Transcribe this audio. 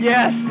Yes